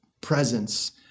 presence